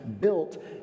built